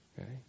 Okay